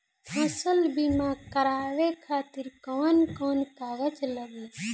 फसल बीमा करावे खातिर कवन कवन कागज लगी?